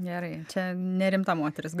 gerai čia nerimta moteris